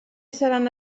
seran